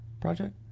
project